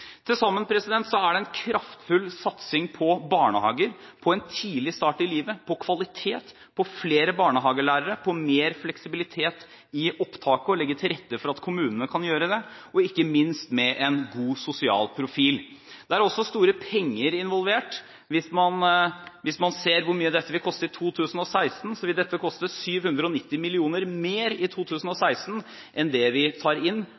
Til sammen er det en kraftfull satsing på barnehager, på en god start i livet, på kvalitet, på flere barnehagelærere, på mer fleksibilitet i opptaket og å legge til rette for at kommunene kan gjøre det, ikke minst med en god sosial profil. Det er også store penger involvert. Hvis man ser hvor mye dette vil koste i 2016, vil det koste 790 mill. kr mer i 2016 enn det vi tar inn